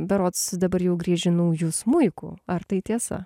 berods dabar jau grieži nauju smuiku ar tai tiesa